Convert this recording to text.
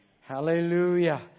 Hallelujah